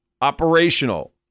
operational